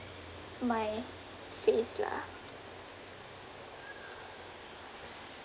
my face lah